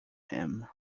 him